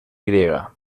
griega